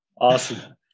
Awesome